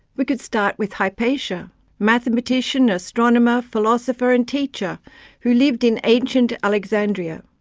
we could start with hypatia mathematician, astronomer, philosopher and teacher who lived in ancient alexandria.